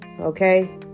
okay